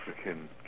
African